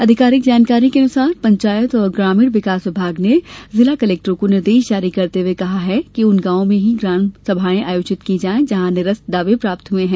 आधिकारिक जानकारी के अनुसार पंचायत और ग्रामीण विकास विभाग ने जिला कलेक्टरों को निर्देश जारी करते हुए कहा है कि उन गाँव में ही ग्राम सभाएं आयोजित की जाए जहां निरस्त दावे प्राप्त हुए हैं